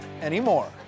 anymore